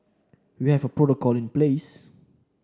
we have a protocol in place